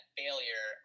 failure